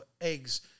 eggs